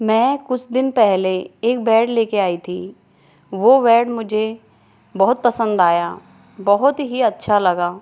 मैं कुछ दिन पहले एक बेड लेके आई थी वो बेड मुझे बहुत पसंद आया बहुत ही अच्छा लगा